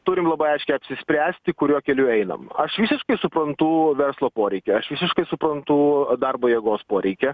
turim labai aiškiai apsispręsti kuriuo keliu einam aš visiškai suprantu verslo poreikį aš visiškai suprantu darbo jėgos poreikį